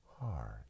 hard